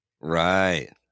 Right